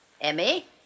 Emmy